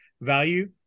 value